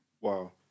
Wow